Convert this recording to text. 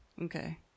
Okay